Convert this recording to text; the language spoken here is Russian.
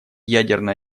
ядерное